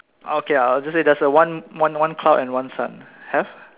okay I'll just say there's a one one one cloud and one sun !huh!